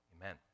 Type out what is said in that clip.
amen